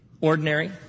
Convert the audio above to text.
ordinary